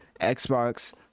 Xbox